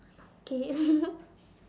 okay